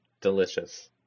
Delicious